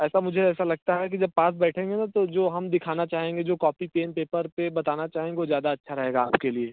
ऐसा मुझे ऐसा लगता है कि जब पास बैठेंगे ना तो जो हम दिखाना चाहेंगे जो कॉपी पेन पेपर पर बताना चाहेंगे वो ज़्यादा अच्छा रहेगा आपके लिए